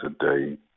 today